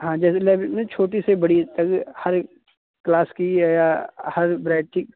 हाँ जैसे लैब नहीं छोटी सी बड़ी हर क्लास कि या हर ब्रैड की